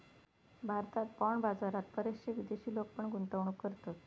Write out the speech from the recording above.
भारतात बाँड बाजारात बरेचशे विदेशी लोक पण गुंतवणूक करतत